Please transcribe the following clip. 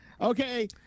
Okay